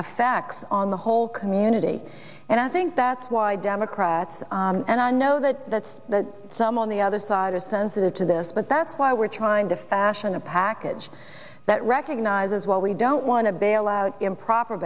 facts on the whole community and i think that's why democrats and i know that that's that some on the other side are sensitive to this but that's why we're trying to fashion a package that recognizes well we don't want to bail out improper